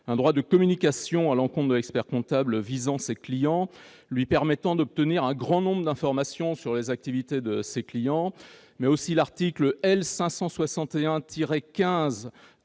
un droit de communication à l'encontre de l'expert-comptable visant ses clients, lui permettant d'obtenir un grand nombre d'informations sur les activités de ses clients. De même, le I